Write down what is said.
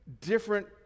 different